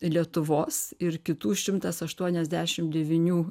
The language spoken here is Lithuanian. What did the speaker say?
lietuvos ir kitų šimtas aštuoniasdešimt devynių